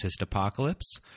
Apocalypse